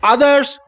Others